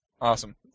Awesome